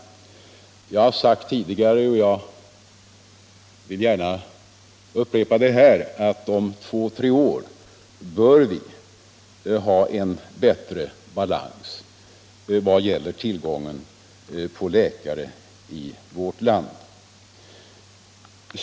Tisdagen den Jag har tidigare sagt, och jag vill gärna upprepa det, att vi om två-tre 11 maj 1976 år bör ha en bättre balans vad gäller tillgången på läkare i vårt land.